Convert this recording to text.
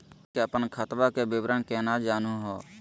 हमनी के अपन खतवा के विवरण केना जानहु हो?